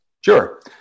Sure